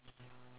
ya